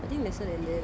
I think lesser than that